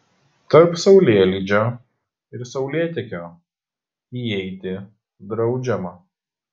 tarp saulėlydžio ir saulėtekio įeiti draudžiama